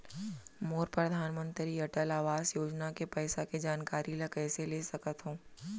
मोर परधानमंतरी अटल आवास योजना के पइसा के जानकारी ल कइसे ले सकत हो?